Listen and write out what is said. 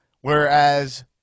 Whereas